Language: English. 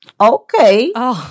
okay